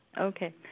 Okay